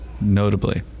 notably